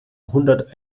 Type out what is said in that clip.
hundert